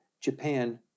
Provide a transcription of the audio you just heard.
Japan